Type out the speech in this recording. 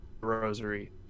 rosary